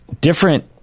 different